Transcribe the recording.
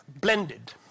blended